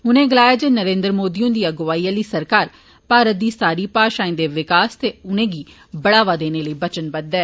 उनें गलाया जे नरेन्द्र मोदी हुन्दी अगुवाई आली सरकार भारत दी सारी भाषाए दे विकास ते उनें गी बढ़ावा देने लेई बचनबद्व ऐ